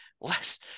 less